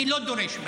אני לא דורש ממך.